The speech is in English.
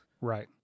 Right